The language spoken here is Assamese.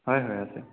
হয় হয় আছে